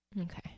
okay